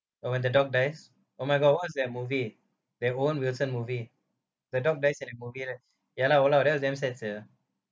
oh when the dog dies oh my god what's that movie that owen wilson movie the dog dies in that movie right ya lah oh lah that is damn sad sia